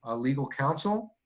ah legal counsel.